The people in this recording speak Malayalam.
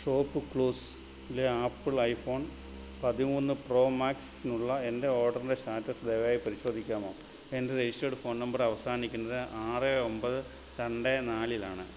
ഷോപ്പ്ക്ലൂസിലെ ആപ്പിൾ ഐഫോൺ പതിമൂന്ന് പ്രോ മാക്സിനുള്ള എൻ്റെ ഓർഡറിൻ്റെ സ്റ്റാറ്റസ് ദയവായി പരിശോധിക്കാമോ എൻ്റെ രജിസ്റ്റേർഡ് ഫോൺ നമ്പർ അവസാനിക്കുന്നത് ആറ് ഒമ്പത് രണ്ട് നാലിലാണ്